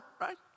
Right